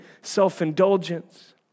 self-indulgence